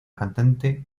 cantante